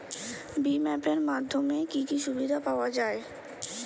ভিম app এর মাধ্যমে কি কি সুবিধা পাওয়া যায়?